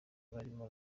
barimo